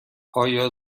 آیا